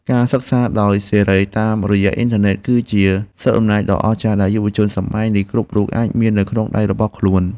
ការសិក្សាដោយសេរីតាមរយៈអ៊ីនធឺណិត គឺជាសិទ្ធិអំណាចដ៏អស្ចារ្យដែលយុវជនសម័យនេះគ្រប់រូបមាននៅក្នុងដៃរបស់ខ្លួន។